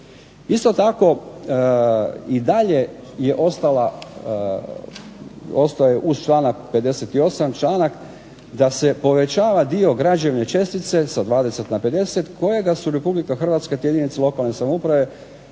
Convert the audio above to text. Isto tako i dalje je ostaje uz 58. članak, da se povećava dio građevne čestice sa 20 na 50 kojega su RH te jedinice lokalne samouprave